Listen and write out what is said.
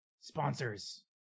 Sponsors